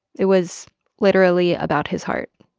it was literally about his heart.